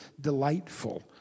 delightful